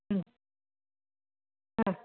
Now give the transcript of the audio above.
ആ